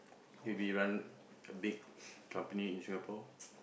maybe run a big company in Singapore